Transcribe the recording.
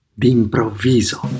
d'improvviso